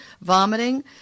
vomiting